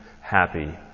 happy